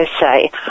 say